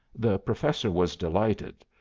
the professor was delighted,